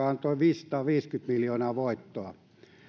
antoi viisisataaviisikymmentä miljoonaa voittoa